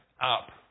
up